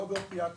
לא באופיאטים,